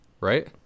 right